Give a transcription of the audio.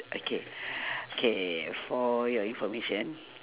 okay k for your information